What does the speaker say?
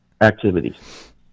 activities